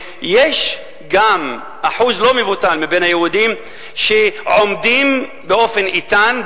שיש אחוז לא מבוטל מבין היהודים שעומדים באופן איתן,